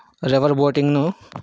river బోటింగ్ను